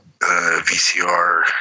VCR